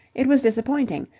it was disappointing,